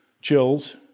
chills